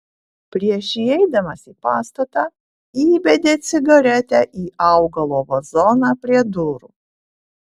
prieš įeidamas į pastatą įbedė cigaretę į augalo vazoną prie durų